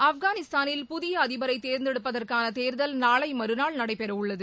ஆப்கானிஸ்தானில் புதிய அதிபரை தேர்ந்தெடுப்பதற்கான தேர்தல் நாளை மறுநாள் நடைபெறவுள்ளது